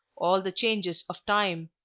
all the changes of time,